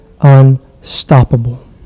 unstoppable